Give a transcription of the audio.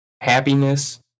happiness